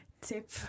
tip